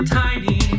tiny